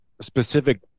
specific